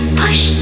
push